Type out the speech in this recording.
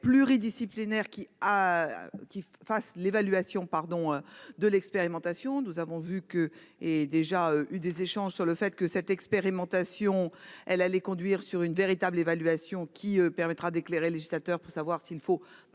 pluridisciplinaire qui a qui fasse l'évaluation pardon de l'expérimentation. Nous avons vu que et déjà eu des échanges sur le fait que cette expérimentation elle allait conduire sur une véritable évaluation qui permettra d'éclairer le législateur pour savoir s'il faut